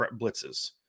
blitzes